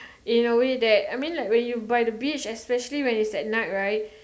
in a way that I mean like when you by the beach just especially when it's at night right